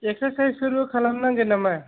एक्सारसाइसफोरबो खालामनांगोन नामा